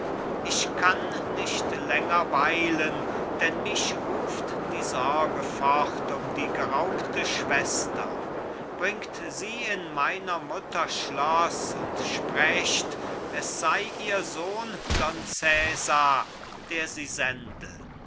ich kann nicht länger weilen denn mich ruft die sorge fort um die geraubte schwester bringt sie in meiner mutter schloß und sprecht es sei ihr sohn don cesar der sie sende